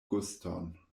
guston